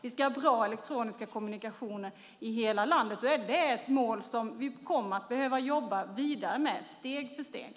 Vi ska ha bra elektroniska kommunikationer i hela landet. Det är ett mål som vi kommer att behöva jobba vidare med steg för steg.